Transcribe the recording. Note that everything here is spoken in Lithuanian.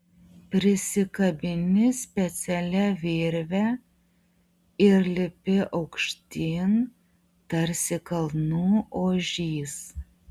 prisikabini specialia virve ir lipi aukštyn tarsi kalnų ožys